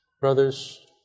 Brothers